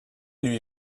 lui